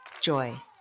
joy